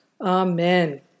Amen